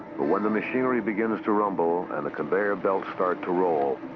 but when the machinery begins to rumble and the conveyor belts start to roll,